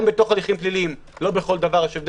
גם בתוך הליכים פליליים לא בכל דבר יש הבדל